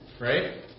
right